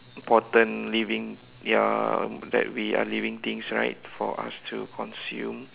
important living ya that we are living things right for us to consume